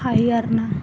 हायो आरोना